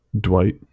Dwight